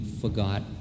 forgot